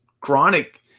chronic